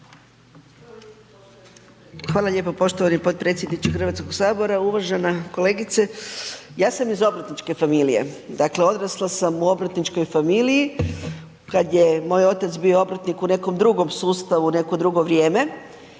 Hvala lijepo poštovani potpredsjedniče HS-a. Uvažena kolegice. Ja sam iz obrtničke familije, dakle odrasla sam u obrtničkoj familiji kad je moj otac bio obrtnik u nekom drugom sustavu u neko drugo vrijeme